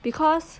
because